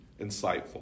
insightful